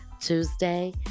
Tuesday